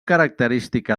característica